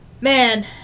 man